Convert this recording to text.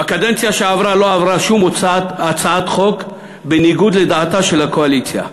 בקדנציה הקודמת לא עברה שום הצעת חוק בניגוד לדעתה של הקואליציה.